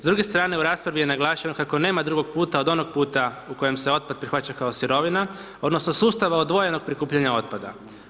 S druge strane, u raspravi je naglašeno kako nema drugog puta od onog puta u kojem se otpad prihvaća kao sirovina odnosno sustava odvojenog prikupljanja otpada.